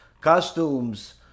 costumes